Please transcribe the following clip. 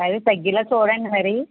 అదే తగ్గేల చూడండి మరి